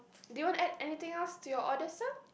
do you want add anything else to your order sir